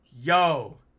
Yo